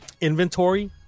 Inventory